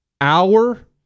hour